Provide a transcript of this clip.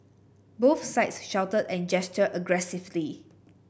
both sides shouted and gestured aggressively